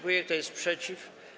Kto jest przeciw?